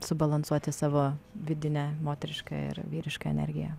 subalansuoti savo vidinę moteriškąją ir vyrišką energiją